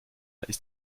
ist